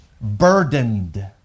burdened